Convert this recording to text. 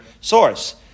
source